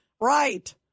Right